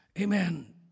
Amen